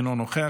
אינו נוכח,